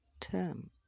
term